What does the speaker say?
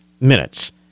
minutes